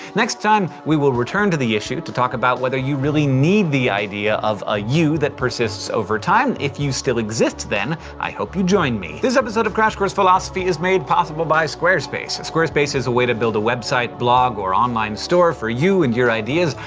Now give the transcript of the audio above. next time, we'll return to this issue, to talk about whether you really need the idea of a you that persists over time. if you still exist then, i hope you join me. this episode of crash course philosophy is made possible by squarespace. squarespace is a way to build a website, blog or online store for you and your ideas.